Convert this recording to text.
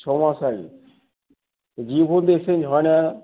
ছ মাস আগে জিও ফোন তো এক্সচেঞ্জ হয় না